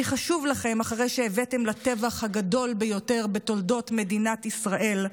כי אחרי שהבאתם לטבח הגדול ביותר בתולדות מדינת ישראל,